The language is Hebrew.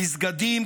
מסגדים,